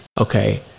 Okay